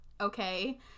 okay